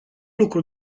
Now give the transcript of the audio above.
lucru